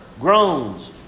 groans